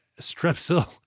Strepsil